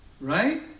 right